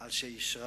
על שאישרה